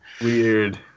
weird